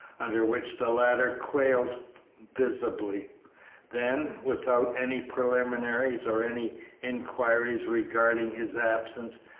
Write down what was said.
under which the latter quailed visibly then, without any preliminaries or any inquiries regarding his absence,